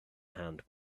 hand